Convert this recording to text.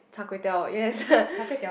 char-kway-teow yes